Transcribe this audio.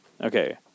Okay